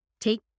take